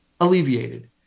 alleviated